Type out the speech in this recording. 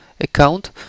account